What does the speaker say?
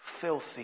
filthy